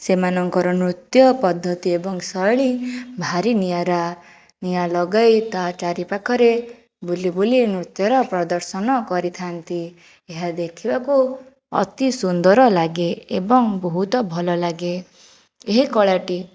ସେମାନଙ୍କର ନୃତ୍ୟ ପଦ୍ଧତି ଏବଂ ଶୈଳୀ ଭାରି ନିଆରା ନିଆଁ ଲଗାଇ ତା ଚାରି ପାଖରେ ବୁଲି ବୁଲି ନୃତ୍ୟର ପ୍ରଦର୍ଶନ କରିଥାନ୍ତି ଏହା ଦେଖିବାକୁ ଅତି ସୁନ୍ଦର ଲାଗେ ଏବଂ ବହୁତ ଭଲ ଲାଗେ ଏହି କଳାଟି